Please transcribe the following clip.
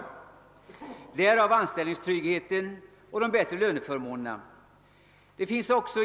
Därav kommer sig anställningstryggheten och de bättre löneförmånerna för tjänstemännen.